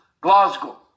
Glasgow